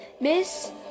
Miss